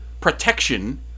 protection